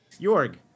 Jorg